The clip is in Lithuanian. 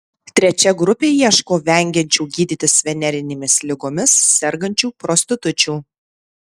trečia grupė ieško vengiančių gydytis venerinėmis ligomis sergančių prostitučių